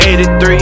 83